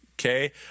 okay